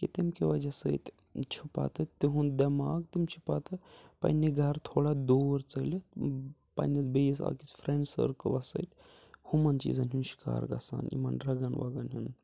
کہِ تمہِ کہِ وَجہ سۭتۍ چھُ پَتہٕ تِہُنٛد دٮ۪ماغ تِم چھِ پَتہٕ پنٛنہِ گَرٕ تھوڑا دوٗر ژٔلِتھ پنٛنِس بیٚیِس أکِس فرینٛڈ سٔرکٕلَس سۭتۍ ہُمَن چیٖزَن ہُنٛد شِکار گژھان یِمَن ڈرٛگَن وَگَن ہُنٛد